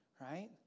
right